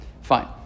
Fine